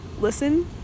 listen